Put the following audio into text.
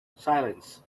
silence